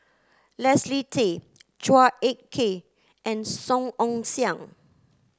Leslie Tay Chua Ek Kay and Song Ong Siang